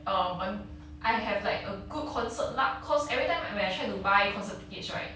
um I have like a good concert luck cause every time when I try to buy concert tickets right